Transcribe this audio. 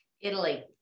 Italy